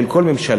של כל ממשלה,